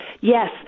yes